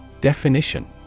Definition